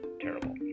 terrible